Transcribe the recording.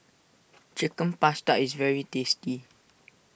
Chicken Pasta is very tasty